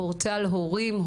פורטל הורים,